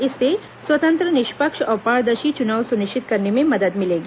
इससे स्वतंत्र निष्पक्ष और पारदर्शी चुनाव सुनिश्चित करने में मदद मिलेगी